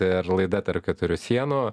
ir laida tarp keturių sienų